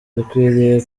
dukwiriye